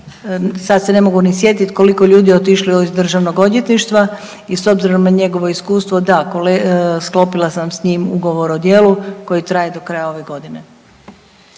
sad se ne mogu niti sjetiti koliko ljudi je otišlo iz DORH-a i s obzirom na njegovo iskustvo, da, sklopila sam s njim ugovor o djelu koji traje do kraja ove godine.